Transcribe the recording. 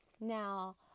Now